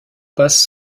passe